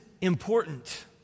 important